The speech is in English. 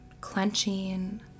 clenching